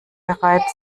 bereit